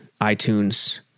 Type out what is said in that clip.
iTunes